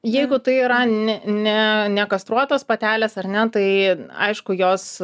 jeigu tai yra ne ne nekastruotos patelės ar ne tai aišku jos